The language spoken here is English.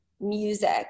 music